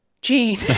Gene